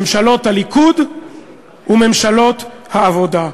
ממשלות הליכוד וממשלות העבודה.